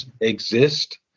exist